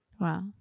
Wow